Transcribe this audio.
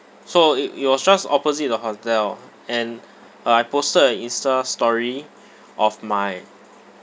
so it it was just opposite the hotel and uh I posted a insta story of my